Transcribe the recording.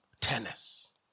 tennis